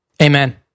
amen